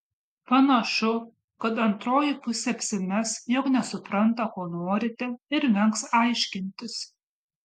panašu kad antroji pusė apsimes jog nesupranta ko norite ir vengs aiškintis